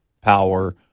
power